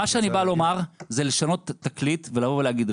מה שאני בא לומר זה לשנות תקליט ולבוא ולהגיד,